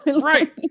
right